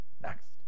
Next